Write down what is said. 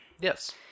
Yes